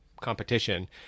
competition